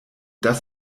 das